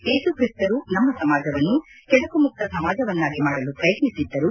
ಏಸುಕ್ರಿಸ್ತರು ನಮ್ಮ ಸಮಾಜವನ್ನು ಕೆಡಕು ಮುಕ್ತ ಸಮಾಜವನ್ನಾಗಿ ಮಾಡಲು ಪ್ರಯತ್ನಿಸಿದ್ದರು